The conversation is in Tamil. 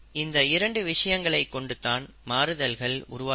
இந்த இரண்டு விஷயங்களை கொண்டுதான் மாறுதல்கள் உருவாகிறது